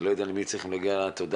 אני לא יודע למי להגיד תודה,